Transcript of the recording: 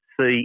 see